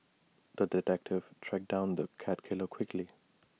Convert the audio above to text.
the detective tracked down the cat killer quickly